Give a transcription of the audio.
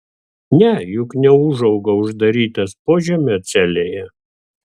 ne juk neūžauga uždarytas požemio celėje